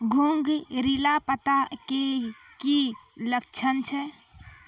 घुंगरीला पत्ता के की लक्छण छै?